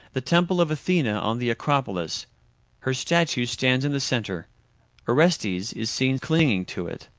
the temple of athena on the acropolis her statue stands in the centre orestes is seen dinging to it.